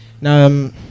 Now